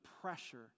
pressure